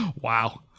Wow